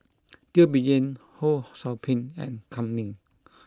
Teo Bee Yen Ho Sou Ping and Kam Ning